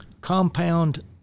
compound